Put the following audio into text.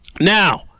Now